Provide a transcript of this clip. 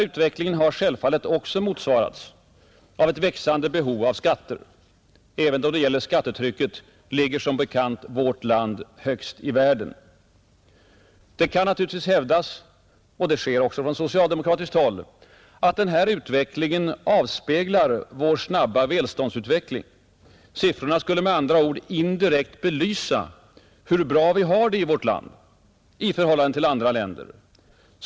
Utvecklingen har självfallet också motsvarats av ett växande behov av skatter. Även då det gäller skattetrycket ligger vårt land som bekant högst i världen, Det kan naturligtvis hävdas — och det sker också från socialdemokratiskt håll — att denna utveckling avspeglar vår snabba välståndsutveckling. Siffrorna skulle med andra ord indirekt belysa hur bra vi har det i vårt land i förhållande till andra länder.